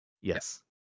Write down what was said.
Yes